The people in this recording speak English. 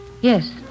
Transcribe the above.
Yes